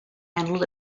handled